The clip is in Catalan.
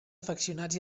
afeccionats